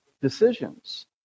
decisions